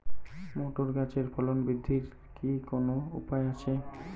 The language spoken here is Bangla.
মোটর গাছের ফলন বৃদ্ধির কি কোনো উপায় আছে?